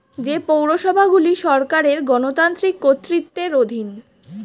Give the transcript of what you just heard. যে পৌরসভাগুলি সরকারের গণতান্ত্রিক কর্তৃত্বের অধীন